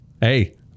hey